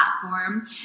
platform